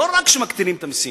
לא רק שמקטינים את המסים,